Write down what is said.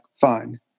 fine